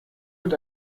mit